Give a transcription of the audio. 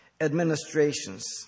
administrations